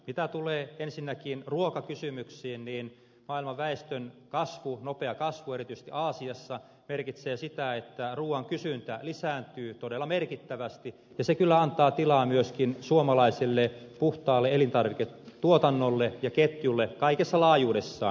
mitä tulee ensinnäkin ruokakysymyksiin niin maailman väestön nopea kasvu erityisesti aasiassa merkitsee sitä että ruuan kysyntä lisääntyy todella merkittävästi ja se kyllä antaa tilaa myöskin suomalaiselle puhtaalle elintarviketuotannolle ja ketjulle kaikessa laajuudessaan